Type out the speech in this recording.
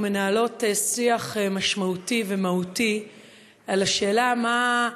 מנהלות שיח משמעותי ומהותי על השאלה מהי